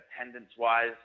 attendance-wise